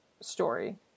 story